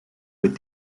with